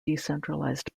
decentralized